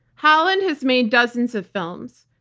holland has made dozens of films,